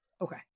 Okay